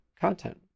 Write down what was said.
content